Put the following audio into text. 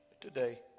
today